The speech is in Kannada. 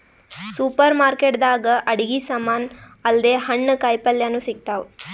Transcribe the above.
ಸೂಪರ್ ಮಾರ್ಕೆಟ್ ದಾಗ್ ಅಡಗಿ ಸಮಾನ್ ಅಲ್ದೆ ಹಣ್ಣ್ ಕಾಯಿಪಲ್ಯನು ಸಿಗ್ತಾವ್